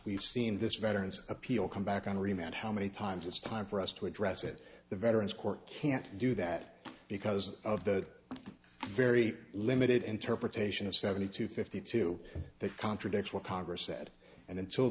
we've seen this veteran's appeal come back on remand how many times it's time for us to address it the veterans court can't do that because of the very limited interpretation of seventy two fifty two that contradicts what congress said and until